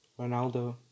Ronaldo